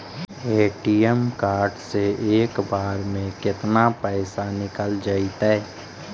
ATM card से एक बार में केतना पैसा निकल जइतै?